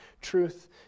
truth